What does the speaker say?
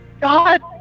God